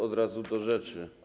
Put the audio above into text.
Od razu do rzeczy.